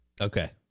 Okay